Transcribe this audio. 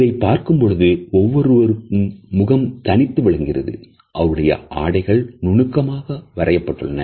இதை பார்க்கும் பொழுது ஒவ்வொருவரும் முகமும் தனித்து விளங்குகிறது அவர்களுடைய ஆடைகள் நுணுக்கமாக வரையப்பட்டுள்ளன